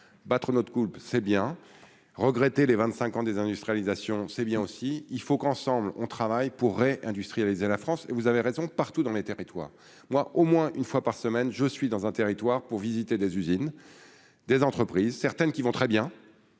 battre notre coulpe c'est bien regretter les 25 ans, désindustrialisation, c'est bien aussi, il faut qu'ensemble, on travaille pour réindustrialiser la France, et vous avez raison, partout dans les territoires, moi au moins une fois par semaine, je suis dans un territoire pour visiter des usines, des entreprises, certaines qui vont très bien